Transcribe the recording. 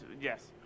yes